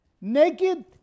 Naked